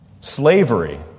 slavery